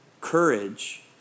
Courage